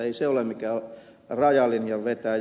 ei se ole mikään rajalinjan vetäjä